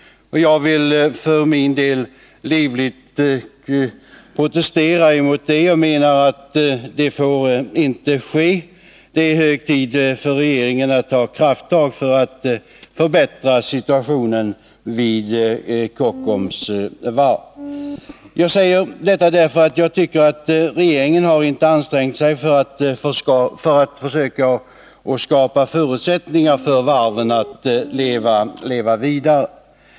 Jag vill för min del livligt protestera mot detta. En nedläggning får inte ske. Det är hög tid för regeringen att ta krafttag för att förbättra situationen vid Kockums varv. Jag säger detta därför att jag tycker att regeringen inte har ansträngt sig för att försöka skapa förutsättningar för varven att leva vidare.